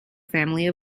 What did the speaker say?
family